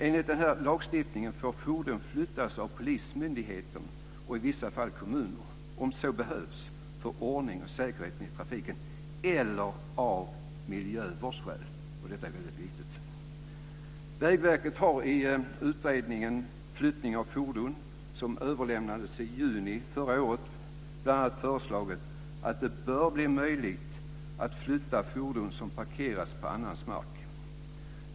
Enligt denna lagstiftning får fordon flyttas av polismyndigheten och i vissa fall av kommuner om så behövs för ordning och säkerhet i trafiken eller av miljövårdsskäl. Detta är väldigt viktigt. Vägverket har i utredningen Flyttning av fordon, som överlämnades i juni förra året, bl.a. föreslagit att det bör bli möjligt att flytta fordon som parkerats på annans mark.